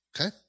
Okay